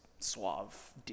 Suave